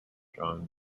john